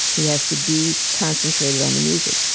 he has to be concentrated on the music.